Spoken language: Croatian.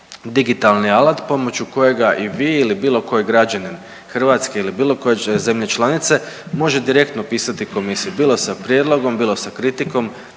digitalni alat pomoću kojega i vi ili bilo koji građanin Hrvatske ili bilo koje zemlje članice može direktno pisati Komisiji bilo sa prijedlogom, bilo sa kritikom,